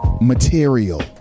material